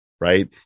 right